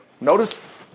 notice